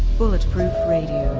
bulletproof radio.